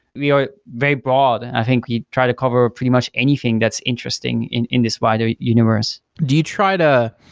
we are very broad, and i think we try to cover pretty much anything that's interesting in in this wide universe do you try to